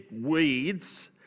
weeds